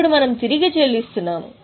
ఇప్పుడు మనం తిరిగి చెల్లిస్తున్నాము